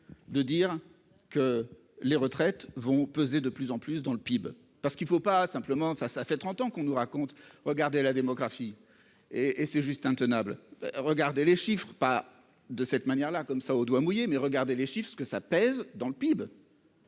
De dire que les retraites vont peser de plus en plus dans le PIB, parce qu'il faut pas simplement face ça fait 30 ans qu'on nous raconte regardé la démographie et et c'est juste intenable. Regardez les chiffres, pas de cette manière là comme ça au doigt mouillé mais regardez les chiffre ce que ça pèse dans le PIB.